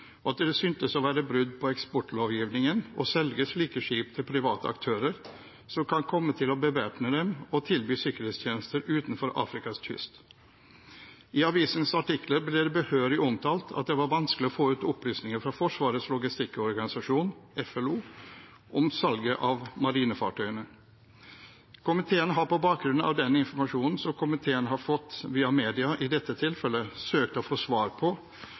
og at det syntes å være brudd på eksportlovgivningen å selge slike skip til private aktører som kan komme til å bevæpne dem og tilby sikkerhetstjenester utenfor Afrikas kyst. I avisens artikler ble det behørig omtalt at det var vanskelig å få ut opplysninger fra Forsvarets logistikkorganisasjon, FLO, om salget av marinefartøyene. Komiteen har på bakgrunn av den informasjonen som komiteen har fått via media i dette tilfellet, søkt å få svar på: